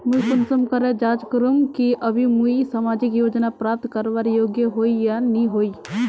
मुई कुंसम करे जाँच करूम की अभी मुई सामाजिक योजना प्राप्त करवार योग्य होई या नी होई?